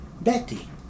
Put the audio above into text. betty